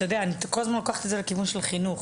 כי אני כל הזמן לוקחת את זה לכיוון של חינוך.